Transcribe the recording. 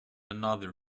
another